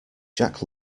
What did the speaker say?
jack